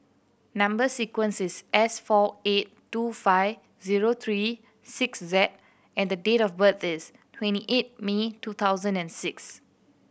number sequence is S four eight two five zero three six Z and date of birth is twenty eight May two thousand and six